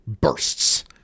bursts